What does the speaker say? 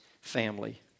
family